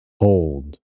hold